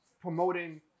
promoting